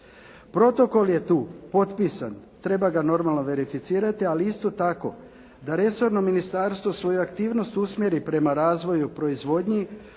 Protokol je tu potpisan. Treba ga normalno verificirati ali isto tako da resorno ministarstvo svoju aktivnost usmjeri prema razvoju proizvodnji